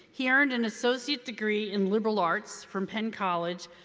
he earned an associate degree in liberal arts from penn college,